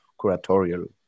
curatorial